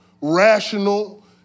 rational